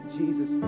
jesus